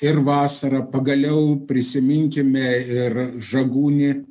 ir vasarą pagaliau prisiminkime ir žagūnė